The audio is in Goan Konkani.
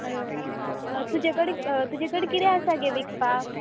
हॅलो हॅलो तुजे कडेन तुजे कडेन कितें आसा गे विकपाक